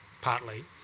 partly